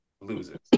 loses